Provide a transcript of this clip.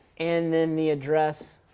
and then the address